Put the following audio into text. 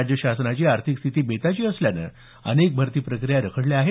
राज्य शासनाची आर्थिक स्थिती बेताची असल्यानं अनेक भरती प्रक्रिया रखडल्या आहेत